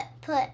put